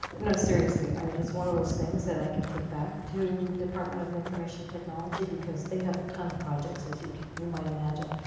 you know seriously. i mean, it's one of those things that i can take back to department of information technology because they have a ton of projects as you you might imagine.